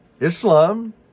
Islam